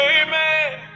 amen